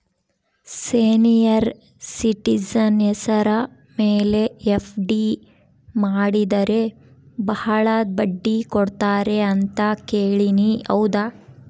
Senior citizen ಹೆಸರ ಮೇಲೆ FD ಮಾಡಿದರೆ ಬಹಳ ಬಡ್ಡಿ ಕೊಡ್ತಾರೆ ಅಂತಾ ಕೇಳಿನಿ ಹೌದಾ?